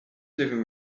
living